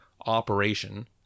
operation